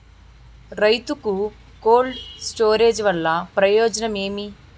రైతుకు cold storage వల్ల ప్రయోజనం ఏమి?